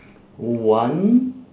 one